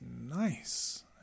nice